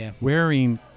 wearing